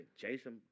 Jason